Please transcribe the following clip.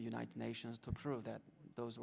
the united nations to prove that those